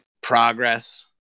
progress